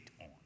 on